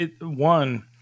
One